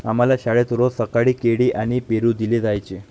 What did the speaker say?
आम्हाला शाळेत रोज सकाळी केळी आणि पेरू दिले जायचे